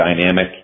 dynamic